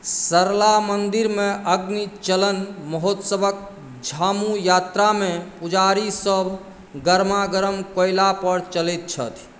सरला मन्दिरमे अग्नि चलन महोत्सवक झामु यात्रा मे पुजारीसभ गरमागरम कोयला पर चलैत छथि